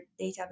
database